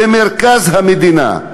במרכז המדינה,